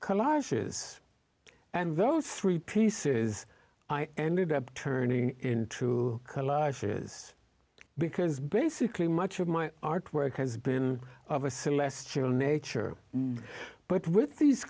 collages and those three pieces i ended up turning into collages because basically much of my artwork has been of a celestial nature but with these